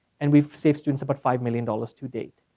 and we've saved students about five million dollars to date.